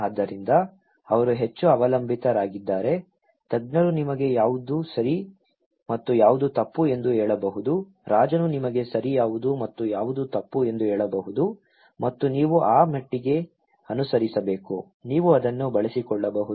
ಆದ್ದರಿಂದ ಅವರು ಹೆಚ್ಚು ಅವಲಂಬಿತರಾಗಿದ್ದಾರೆ ತಜ್ಞರು ನಿಮಗೆ ಯಾವುದು ಸರಿ ಮತ್ತು ಯಾವುದು ತಪ್ಪು ಎಂದು ಹೇಳಬಹುದು ರಾಜನು ನಿಮಗೆ ಸರಿ ಯಾವುದು ಮತ್ತು ಯಾವುದು ತಪ್ಪು ಎಂದು ಹೇಳಬಹುದು ಮತ್ತು ನೀವು ಆ ಮಟ್ಟಿಗೆ ಅನುಸರಿಸಬೇಕು ನೀವು ಅದನ್ನು ಬಳಸಿಕೊಳ್ಳಬಹುದು